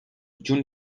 jun